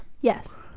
Yes